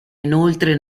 inoltre